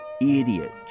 idiot